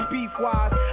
Beef-wise